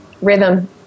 Rhythm